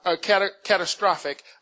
catastrophic